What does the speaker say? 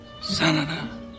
Senator